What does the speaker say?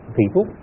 people